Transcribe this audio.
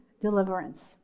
Deliverance